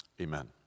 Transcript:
amen